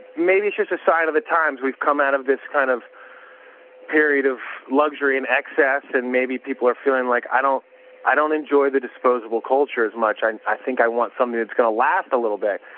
maybe it is just a sign of the times. we've come out of this kind of period of luxury and excess, and maybe people are feeling like, i don't i don't enjoy the disposable culture as much. i and i think i want something that is going to last a little bit.